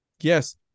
Yes